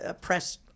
press